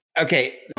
Okay